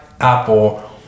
apple